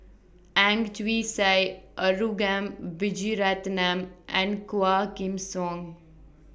Ang Chwee Sai Arugam Vijiaratnam and Quah Kim Song